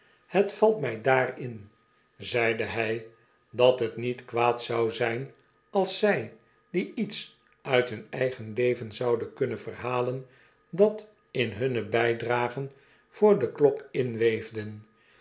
het valt mij daar in zeide hy dat het niet kwaad zou zijn als zy die iets uit hun eigen leven zouden kunnen verhalen dat in hunne bijdragen voor de